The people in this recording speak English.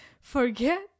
forget